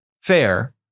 fair